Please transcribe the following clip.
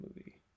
movie